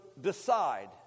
decide